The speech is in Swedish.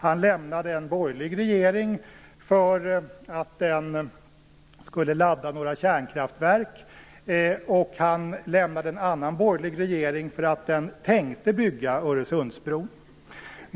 Han lämnade en borgerlig regering därför att den skulle ladda några kärnkraftverk, och han lämnade en annan borgerlig regering därför att den tänkte bygga Öresundsbron.